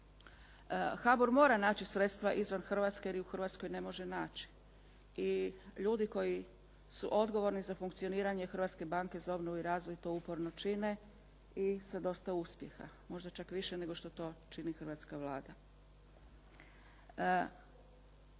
HBOR mora naći sredstva izvan Hrvatske jer je u Hrvatskoj ne može naći i ljudi koji su odgovorni za funkcioniranje Hrvatske banke za obnovu i razvoj to uporno čine i sa dosta uspjeha, možda čak više nego što to čini hrvatska Vlada. Svojevremeno